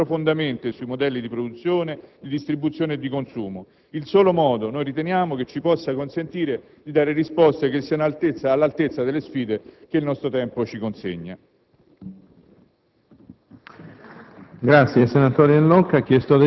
di una più complessiva politica che deve porsi l'ambizione di incidere profondamente sui modelli di produzione, di distribuzione e di consumo. Riteniamo che questo sia il solo modo che ci possa consentire di dare risposte all'altezza delle sfide che il nostro tempo ci consegna.